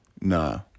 Nah